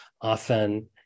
often